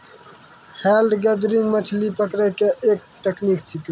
hand gathering मछली पकड़ै के एक तकनीक छेकै